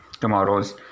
tomorrow's